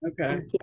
Okay